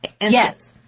Yes